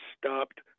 stopped